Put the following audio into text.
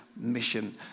mission